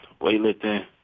weightlifting